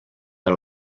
per